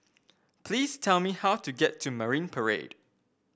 please tell me how to get to Marine Parade